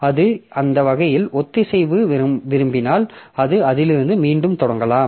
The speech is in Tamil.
அது அந்த வகை ஒத்திசைவை விரும்பினால் அது அதிலிருந்து மீண்டும் தொடங்கலாம்